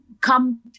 come